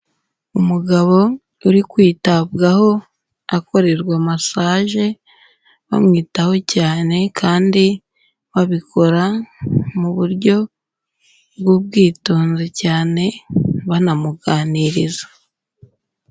Umugabo uri kwitabwaho akorerwa massage bamwitaho cyane kandi babikora mu buryo bw'ubwitonzi cyane banamuganiriza.